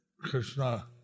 Krishna